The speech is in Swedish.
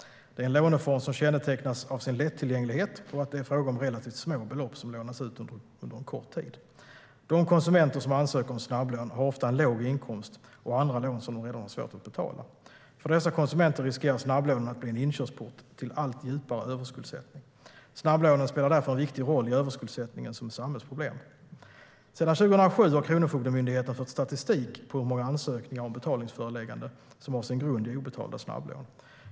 Det är en låneform som kännetecknas av sin lättillgänglighet och att det är fråga om relativt små belopp som lånas ut under en kort tid. De konsumenter som ansöker om snabblån har ofta en låg inkomst och andra lån som de redan har svårt att betala. För dessa konsumenter riskerar snabblånen att bli en inkörsport till allt djupare överskuldsättning. Snabblånen spelar därför en viktig roll i överskuldsättningen som samhällsproblem. Sedan 2007 har Kronofogdemyndigheten fört statistik på hur många ansökningar om betalningsföreläggande som har sin grund i obetalda snabblån.